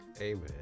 Amen